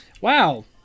Wow